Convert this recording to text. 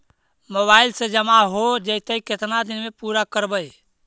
Mobile से जामा हो जैतय, केतना दिन में पुरा करबैय?